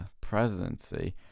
presidency